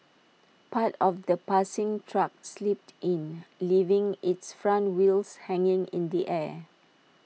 part of the passing truck slipped in leaving its front wheels hanging in the air